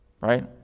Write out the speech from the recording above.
right